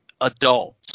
adults